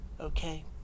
Okay